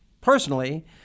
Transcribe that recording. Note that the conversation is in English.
personally